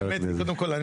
קודם כל,